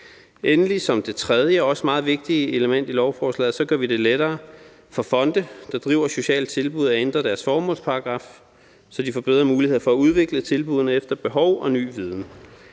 Endelig som det tredje og også meget vigtige element i lovforslaget gør vi det lettere for fonde, der driver sociale tilbud, at ændre deres formålsparagraf, så de får bedre mulighed for at udvikle tilbuddene efter behov og ny viden.